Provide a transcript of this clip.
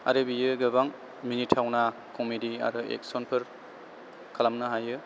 आरो बियो गोबां मिनिथावना कमेडि आरो एक्सनफोर खालामनो हायो